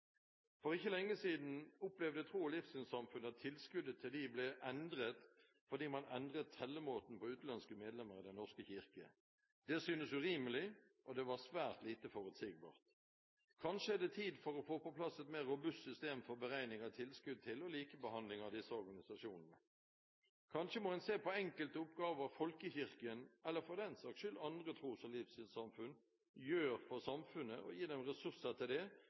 For ikke lenge siden opplevde tros- og livssynssamfunn at tilskuddet til dem ble endret fordi man endret tellemåten på utenlandske medlemmer av Den norske kirke. Det synes urimelig, og det var svært lite forutsigbart. Kanskje er det tid for å få på plass et mer robust system for beregning av tilskudd til og likebehandling av disse organisasjonene. Kanskje må en se på enkelte oppgaver folkekirken, eller for den saks skyld andre tros- og livssynssamfunn, gjør for samfunnet og gi dem ressurser til det,